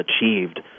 achieved